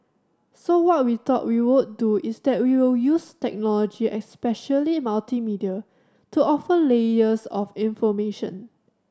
so what we thought we would do is that we will use technology especially multimedia to offer layers of information